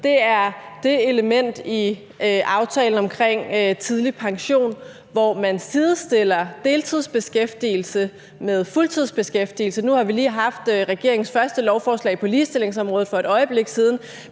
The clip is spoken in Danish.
til, er det element i aftalen omkring tidlig pension, hvor man sidestiller deltidsbeskæftigelse med fuldtidsbeskæftigelse. Nu har vi lige for et øjeblik siden haft regeringens første lovforslag på ligestillingsområdet – hvordan synes